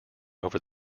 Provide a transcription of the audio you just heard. over